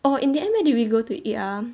orh in the end where did we go to eat ah